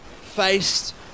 faced